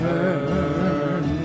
Turn